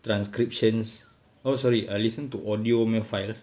transcriptions oh sorry err listen to audio punya files